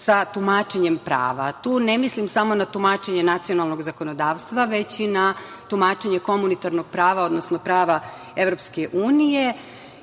sa tumačenjem prava. Tu ne mislim samo na tumačenje nacionalnog zakonodavstva, već i na tumačenje komunitarnog prava, odnosno prava Evropske